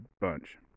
bunch